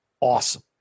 awesome